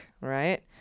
right